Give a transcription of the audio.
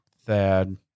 Thad